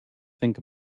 think